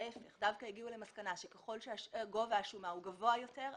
דווקא הגיעו למסקנה שככל שגובה השומה גבוה יותר,